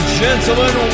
gentlemen